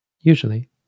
Usually